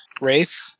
Wraith